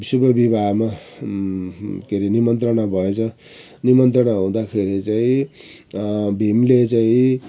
शुभ विवाहमा के अरे निमन्त्रणा भएछ निमन्त्रणा हुदाँखेरि चाहिँ भीमले चाहिँ